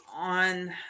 on